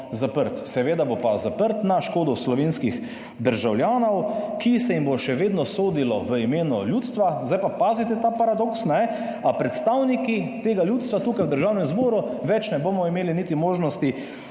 zaprt, seveda bo pa zaprt na škodo slovenskih državljanov, ki se jim bo še vedno sodilo v imenu ljudstva. Zdaj pa pazite ta paradoks. A predstavniki tega ljudstva tukaj v Državnem zboru ne bomo več imeli niti možnosti